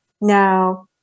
Now